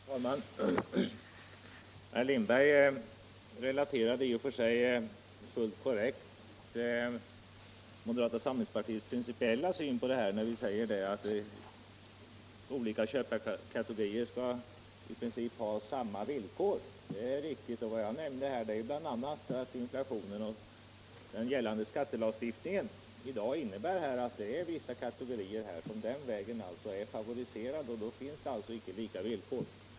Herr talman! Herr Lindberg relaterade fullt korrekt moderata samlingspartiets principiella syn. Vi säger att olika köparkategorier skall i princip ha samma villkor. Vad jag nämnde var bl.a. att inflationen och den gällande skattelagstiftningen innebär att vissa kategorier är favoriserade. Då finns inte lika villkor.